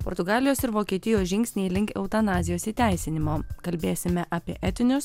portugalijos ir vokietijos žingsniai link eutanazijos įteisinimo kalbėsime apie etinius